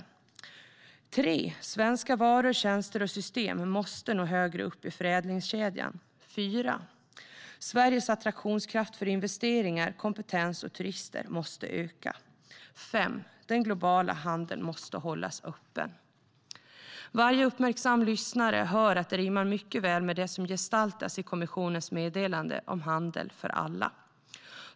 För det tredje: Svenska varor, tjänster och system måste nå högre upp i förädlingskedjan. För det fjärde: Sveriges attraktionskraft för investeringar, kompetens och turister måste öka. För det femte: Den globala handeln måste hållas öppen. Varje uppmärksam lyssnare hör att det rimmar mycket väl med det som gestaltas i kommissionens meddelande om handel för alla.